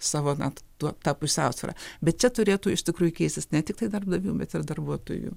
savo na tuo ta pusiausvyra bet čia turėtų iš tikrųjų keistis ne tiktai darbdavių bet ir darbuotojų